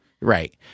Right